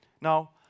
Now